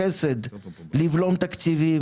על זה יש לכם תשובה?